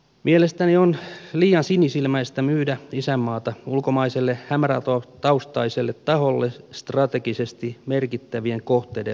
mielestäni on liian sinisilmäistä myydä isänmaata ulkomaiselle hämärätaustaiselle taholle strategisesti merkittävien kohteiden lähistöltä